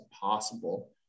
possible